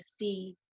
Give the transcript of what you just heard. see